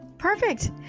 Perfect